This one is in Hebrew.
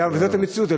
וזאת המציאות.